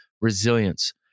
resilience